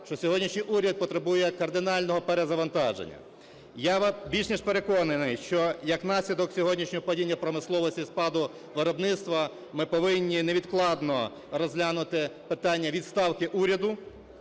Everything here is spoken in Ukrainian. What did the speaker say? що сьогоднішній уряд потребує кардинального перезавантаження. Я більш ніж переконаний, що як наслідок сьогоднішнього падіння промисловості, спаду виробництва, ми повинні невідкладно розглянути питання відставки уряду